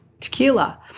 tequila